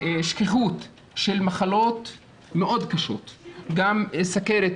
שכיחות של מחלות מאוד קשות, גם סכרת,